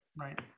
Right